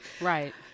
right